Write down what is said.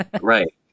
right